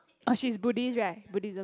orh she is Buddhist right Buddhism